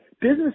business